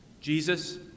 Jesus